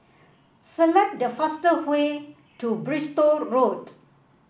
select the fast way to Bristol Road